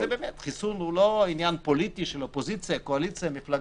חיסון הוא לא עניין פוליטי של קואליציה או אופוזיציה,